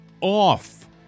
off